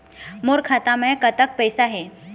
मोर खाता मे कतक पैसा हे?